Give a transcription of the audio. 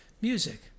music